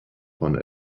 von